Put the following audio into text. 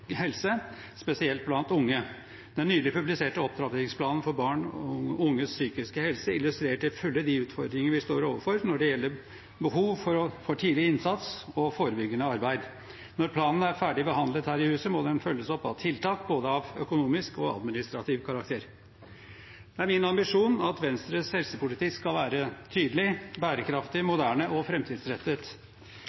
spesielt blant unge. Den nylig publiserte opptrappingsplanen for barn og unges psykiske helse illustrerer til fulle de utfordringene vi står overfor når det gjelder behov for tidlig innsats og forebyggende arbeid. Når planen er ferdig behandlet her i huset, må den følges opp av tiltak av både økonomisk og administrativ karakter. Det er min ambisjon at Venstres helsepolitikk skal være tydelig, bærekraftig,